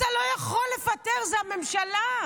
אתה לא יכול לפטר, זו הממשלה.